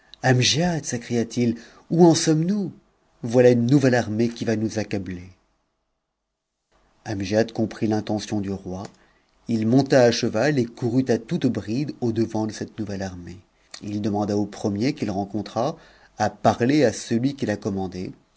amgiad s'écria-t-il où en sommes-nous voilà une nouvelle armée qui va nous accabler e amgiad comprit l'intention du roi il monta à cheval et courut à toute bride au-devant de cette nouvelle armée il demanda aux premiers qu'il rencontra à parler à celui qui la